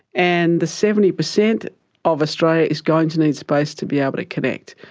and the seventy percent of australia is going to need space to be able to connect.